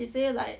she say like